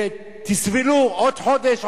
ותסבלו עוד חודש,